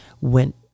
went